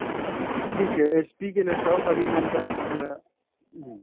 ٹھیک ہے H P کے لیپٹاپ ابھی ہمارے پاس ہا